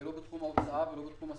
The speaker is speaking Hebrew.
ולא בתחום ההוצאה ולא בתחום הסבסוד.